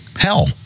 Hell